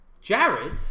Jared